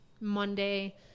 Monday